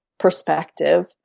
perspective